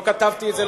לא כתבתי את זה.